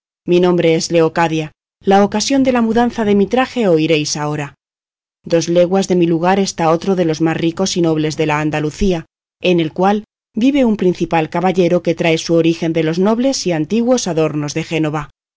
mi nombre es leocadia la ocasión de la mudanza de mi traje oiréis ahora dos leguas de mi lugar está otro de los más ricos y nobles de la andalucía en el cual vive un principal caballero que trae su origen de los nobles y antiguos adornos de génova